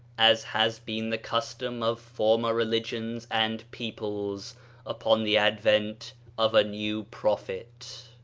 as has been the custom of former religions and peoples upon the advent of a new prophet.